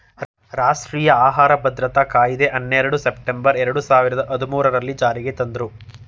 ರಾಷ್ಟ್ರೀಯ ಆಹಾರ ಭದ್ರತಾ ಕಾಯಿದೆ ಹನ್ನೆರಡು ಸೆಪ್ಟೆಂಬರ್ ಎರಡು ಸಾವಿರದ ಹದ್ಮೂರಲ್ಲೀ ಜಾರಿಗೆ ತಂದ್ರೂ